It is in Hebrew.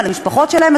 על המשפחות שלהם.